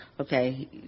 okay